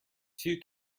two